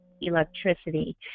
electricity